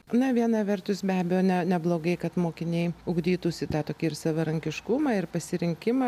na viena vertus be abejo na neblogai kad mokiniai ugdytųsi tą tokį ir savarankiškumą ir pasirinkimą